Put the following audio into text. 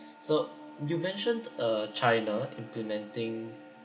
so you mentioned uh china implementing